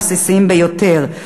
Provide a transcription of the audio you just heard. הבסיסיים ביותר.